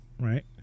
Right